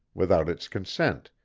without its consent,